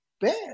bad